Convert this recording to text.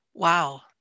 Wow